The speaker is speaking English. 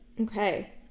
Okay